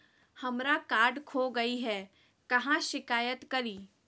हमरा कार्ड खो गई है, कहाँ शिकायत करी?